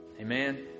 amen